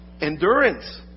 Endurance